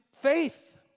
faith